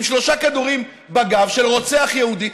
עם שלושה כדורים בגב של רוצח יהודי,